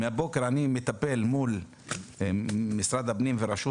מהבוקר אני מטפל מול משרד הפנים ורשות